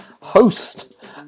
host